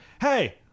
hey